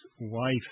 wife